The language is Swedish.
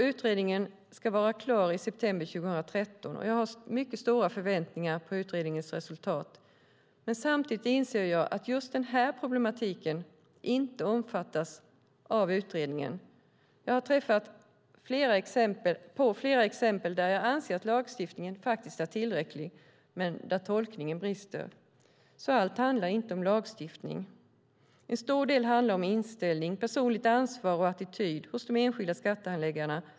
Utredningen ska vara klar i september 2013, och jag har stora förväntningar på utredningens resultat. Samtidigt inser jag att just den här problematiken inte omfattas av utredningen. Jag har träffat på flera fall där jag anser att lagstiftningen är tillräcklig, men där tolkningen brister. Allt handlar inte om lagstiftning. En stor del handlar om inställning, personligt ansvar och attityd hos de enskilda skattehandläggarna.